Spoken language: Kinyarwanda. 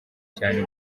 cyane